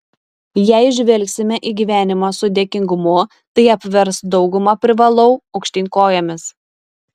jei žvelgsime į gyvenimą su dėkingumu tai apvers daugumą privalau aukštyn kojomis